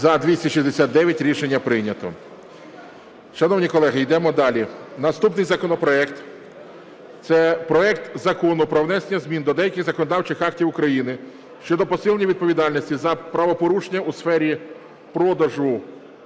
За-203 Рішення прийнято.